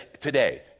today